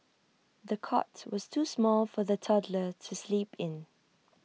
the cot was too small for the toddler to sleep in